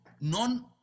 none